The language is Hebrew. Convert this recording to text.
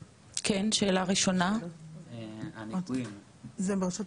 רשות האוכלוסין?